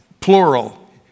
plural